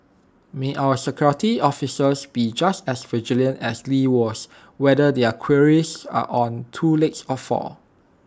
may our security officers be just as vigilant as lee was whether their quarries are on two legs or four